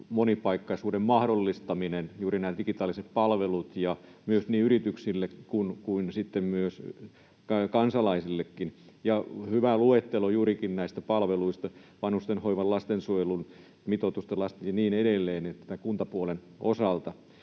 monipaikkaisuuden mahdollistaminen, juuri nämä digitaaliset palvelut, niin yrityksille kuin sitten myös kansalaisillekin. Ja hyvä luettelo juurikin näistä palveluista: vanhustenhoivan, lastensuojelun mitoitusta ja niin edelleen tämän kuntapuolen osalta.